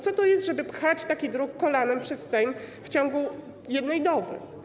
Co to jest, żeby pchać taki druk kolanem przez Sejm w ciągu jednej doby?